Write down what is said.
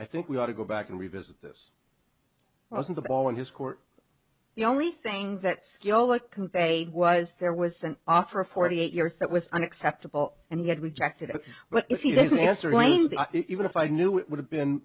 i think we ought to go back and revisit this wasn't the ball in his court the only thing that skill that conveyed was there was an offer of forty eight years that was unacceptable and he had rejected it but if you didn't answer remains even if i knew it would have been